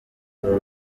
uru